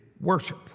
worship